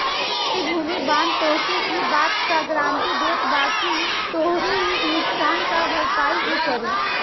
प्रतिभूति बांड तोहके इ बात कअ गारंटी देत बाकि तोहरी नुकसान कअ भरपाई उ करी